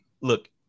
look